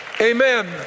Amen